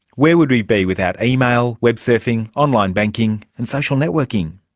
where would we be without email, web surfing, online banking and social networking?